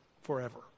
forever